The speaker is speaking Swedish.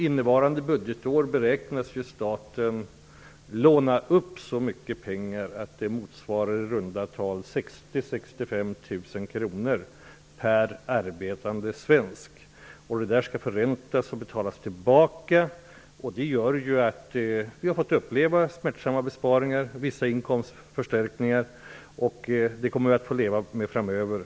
Innevarande budgetår beräknas staten låna upp så mycket pengar att det motsvarar i runt tal 60 000--65 000 kr per arbetande svensk. På dessa pengar utgår ränta, och lånen skall betalas tillbaka. Detta har lett till smärtsamma besparingar och till krav på vissa statliga inkomstförstärkningar, och detta får vi leva med framöver.